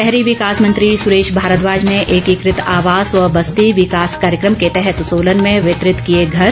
शहरी विकास मंत्री सुरेश भारद्वाज ने एकीकृत आवास व बस्ती विकास कार्यक्रम के तहत सोलन में वितरित किए घर